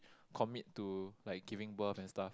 commit to like giving birth and stuff